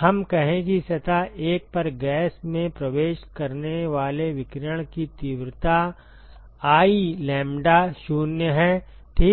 हम कहें कि सतह 1 पर गैस में प्रवेश करने वाले विकिरण की तीव्रता I लैम्ब्डा 0 है ठीक